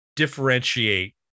differentiate